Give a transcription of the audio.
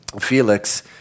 Felix